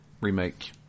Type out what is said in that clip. Remake